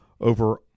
over